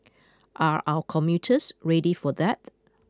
are our commuters ready for that